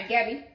Gabby